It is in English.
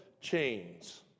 chains